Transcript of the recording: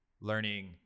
learning